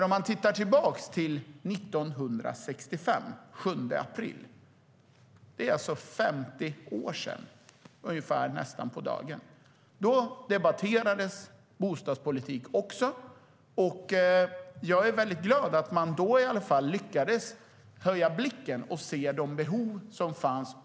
Om man tittar tillbaka till den 7 april 1965, alltså nästan på dagen 50 år sedan, ser man alltså att bostadspolitik debatterades även då. Jag är glad att man i alla fall då lyckades höja blicken och se de behov som fanns.